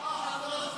עודה.